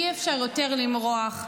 אי-אפשר יותר למרוח,